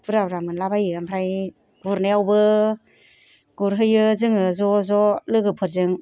बुरजा बुरजा मोनला बायो ओमफ्राय गुरनायावबो गुरहैयो जोङो ज' ज' लोगोफोरजों